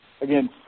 Again